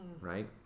Right